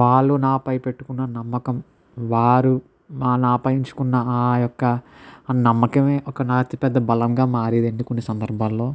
వాళ్ళు నాపై పెట్టుకున్న నమ్మకం వారు మా నాపై ఉంచుకున్న ఆ యొక్క నమ్మకమే ఒక నా అతి పెద్ద బలంగా మారేదండి కొన్ని సందర్భాలలో